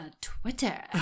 Twitter